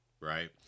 right